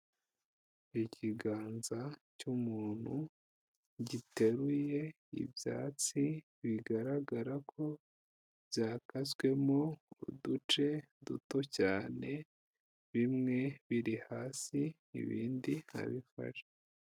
Ikiganza cy'umuntu giteruye ibyatsi bigaragara ko byakaswemo uduce duto cyane, bimwe biri hasi ibindi arabifashe.